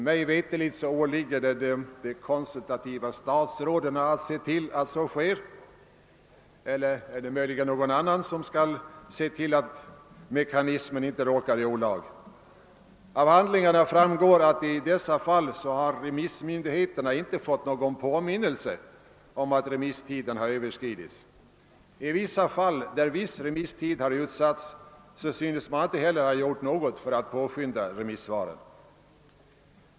Mig veterligt åligger det de konsultativa statsråden att se till att remisstiderna iakttas — eller är det möjligen någon annan som skall svara för att mekanismen inte råkar i olag? Av handlingarna framgår att remissmyndigheterna i dessa fall inte fått någon påminnelse om att remisstiden överskridits. I en del fall då viss remisstid har utsatts synes man inte heller ha gjort någonting för att påskynda remissvaren.